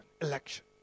Election